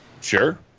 Sure